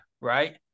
right